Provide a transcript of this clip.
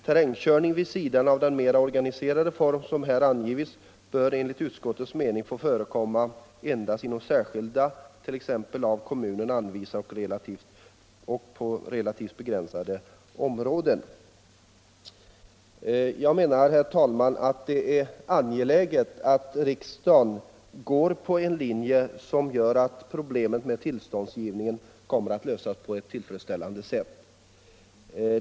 Terrängkörning vid sidan av den mera organiserade form som här angivits bör enligt utskottets mening få förekomma endast inom särskilda, t.ex. av kommunen anvisade och relativt begränsade områden.” Jag menar, herr talman, att det är angeläget att riksdagen följer en linje som gör att problemet med tillståndsgivningen kommer att lösas på ett tillfredsställande sätt.